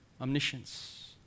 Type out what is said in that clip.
omniscience